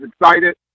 excited